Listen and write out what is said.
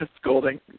scolding